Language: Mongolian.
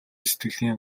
сэтгэлийн